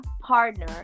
partner